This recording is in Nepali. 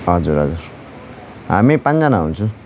हजुर हजुर हामी पाँचजना हुन्छौँ